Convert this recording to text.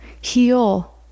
heal